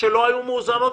רואה את התשואות שהן מביאות.